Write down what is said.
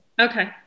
Okay